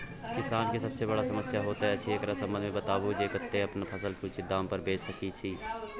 किसान के सबसे बर समस्या होयत अछि, एकरा संबंध मे बताबू जे हम कत्ते अपन फसल उचित दाम पर बेच सी?